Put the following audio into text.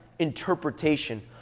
interpretation